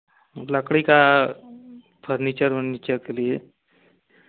लकड़ी का फर्नीचर उर्नीचर के लिए